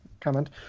comment